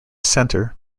centre